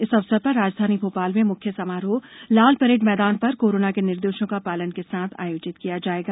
इस अवसर पर राजधानी भोपाल में मुख्य समारोह लालपरेड मैदान पर कोरोना के निर्देशों के पालन के साथ आयोजित किया जायेगा